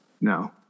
No